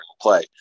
play